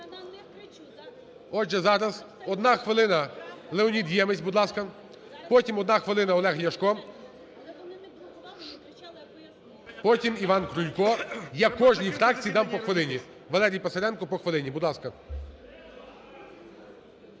Отже, зараз одна хвилина - Леонід Ємець, будь ласка. Потім одна хвилина - Олег Ляшко, потім - ІванКрулько. Я кожній фракції дам по хвилині. Валерій Писаренко. По хвилині, будь ласка.